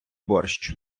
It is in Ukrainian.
борщ